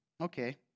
Okay